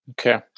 okay